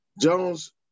Jones